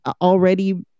already